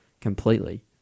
completely